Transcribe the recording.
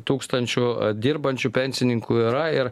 tūkstančių dirbančių pensininkų yra ir